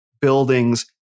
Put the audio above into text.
buildings